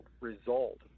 result